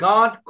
God